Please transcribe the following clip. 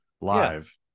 live